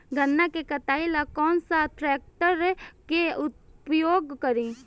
गन्ना के कटाई ला कौन सा ट्रैकटर के उपयोग करी?